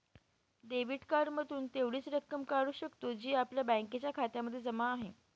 debit card मधून तेवढीच रक्कम काढू शकतो, जी आपल्या बँकेच्या खात्यामध्ये जमा आहे